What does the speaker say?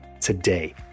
today